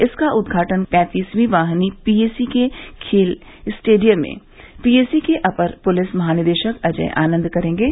इसका उद्घाटन पैंतीसवीं वाहिनी पीएसी के खेल स्टेडियम में पीएसी के अपर पुलिस महानिदेशक अजय आनंद करेंगे